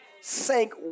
sank